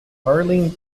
carling